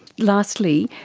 lastly,